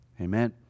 Amen